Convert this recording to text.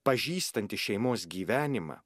pažįstanti šeimos gyvenimą